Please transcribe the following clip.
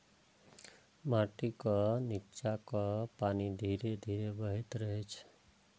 माटिक निच्चाक पानि धीरे धीरे बहैत रहै छै